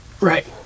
Right